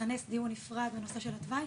לכנס דיון נפרד בנושא של התוואי.